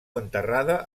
enterrada